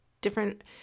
different